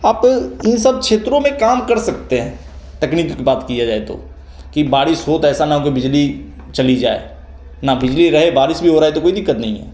आप इन सब क्षेत्रों में काम कर सकते हैं तकनीक की बात किया जाए तो कि बारिश हो तो ऐसा ना हो कि बिजली चली जाए ना बिजली रहे बारिश भी हो रहे तो कोई दिक़्क़त नहीं है